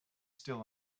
still